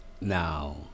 Now